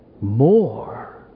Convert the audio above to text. more